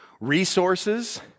resources